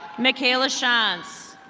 mikaela shantz.